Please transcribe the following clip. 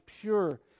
pure